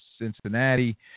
Cincinnati